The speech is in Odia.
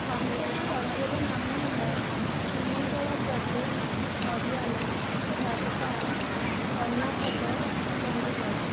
ପାଞ୍ଚଟି ରାଜ୍ୟର ନାମ ହେଲା ହିମାଚଳ ପ୍ରଦେଶ ହରିୟାଣା ଝାରଖଣ୍ଡ କର୍ଣ୍ଣାଟକ ଚଣ୍ଡିଗଡ଼